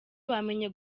bamenye